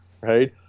right